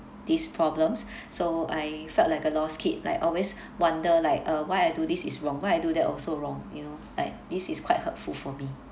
these problems so I felt like a lost kid like always wonder like uh why I do this is wrong but I do that also wrong you know like this is quite hurtful for me